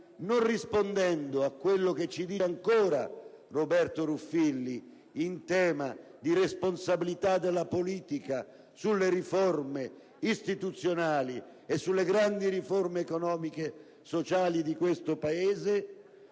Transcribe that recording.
non rispondendo a quello che ci dice ancora Roberto Ruffilli in tema di responsabilità della politica sulle riforme istituzionali e sulle grandi riforme economiche e sociali di questo Paese,